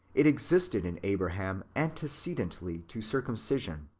it existed in abraham antecedently to circumcision,